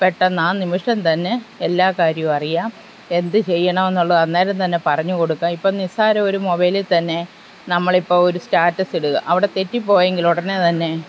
പെട്ടന്ന് ആ നിമിഷം തന്നെ എല്ലാ കാര്യവും അറിയാം എന്ത് ചെയ്യാണമെന്നുള്ളത് അന്നേരം തന്നെ പറഞ്ഞു കൊടുക്കാം ഇപ്പം നിസ്സാരം ഒരു മൊബൈലിൽ തന്നെ നമ്മളിപ്പോൾ ഒരു സ്റ്റാറ്റസിടുക അവിടെ തെറ്റിപ്പോയെങ്കിൽ ഉടനെ തന്നെ